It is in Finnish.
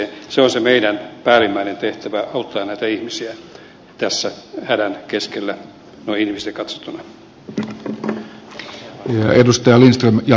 se on se meidän päällimmäinen tehtävämme auttaa näitä ihmisiä tässä hädän keskellä noin inhimillisesti katsottuna